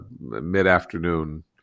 mid-afternoon